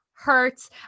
hurts